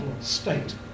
state